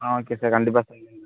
ஆ okay sir கண்டிப்பாக